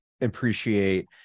appreciate